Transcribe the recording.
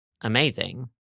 amazing